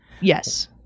Yes